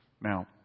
Now